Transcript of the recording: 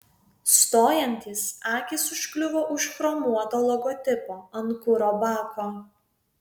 stojantis akys užkliuvo už chromuoto logotipo ant kuro bako